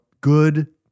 good